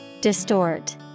Distort